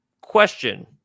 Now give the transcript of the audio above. question